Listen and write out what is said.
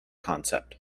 concept